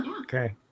Okay